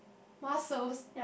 muscles